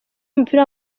w’umupira